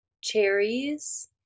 cherries